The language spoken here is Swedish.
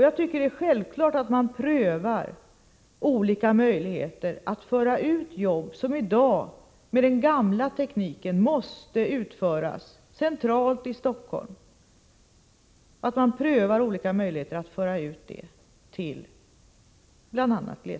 Jag tycker att det är självklart att man prövar olika möjligheter att till bl.a. glesbygden föra ut jobb som i dag, med den gamla tekniken, måste utföras centralt, i Stockholm.